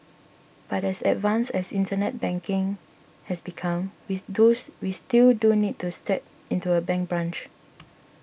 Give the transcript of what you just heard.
but as advanced as internet banking has become we we still do need to step into a bank branch